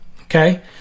Okay